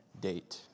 date